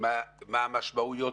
מה המשמעויות?